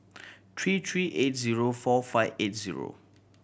three three eight zero four five eight zero